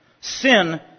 sin